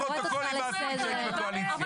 תוציאי את הפרוטוקולים מהתקופה שהייתי בקואליציה.